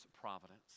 providence